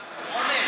עומד.